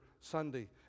Sunday